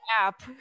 app